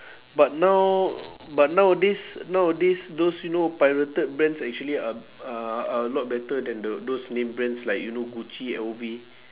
but now but nowadays nowadays those you know pirated brands actually are are are a lot better than the those named brands like you know gucci L_V